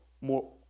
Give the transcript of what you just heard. more